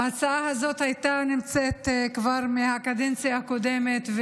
ההצעה הזאת הייתה כבר מהקדנציה הקודמת,